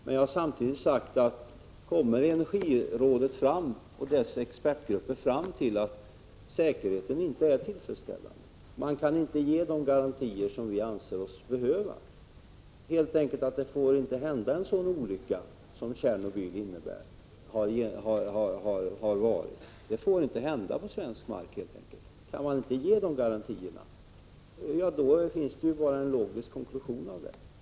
Men jag har också sagt att kommer Energirådet och dess expertgrupper fram till att säkerheten inte är tillfredsställande, att man inte kan ge garantier för att en sådan olycka som den i Tjernobyl inte kan inträffa, då finns det bara en logisk konklusion.